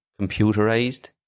computerized